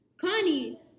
Connie